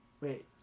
Wait